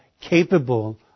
capable